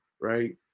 right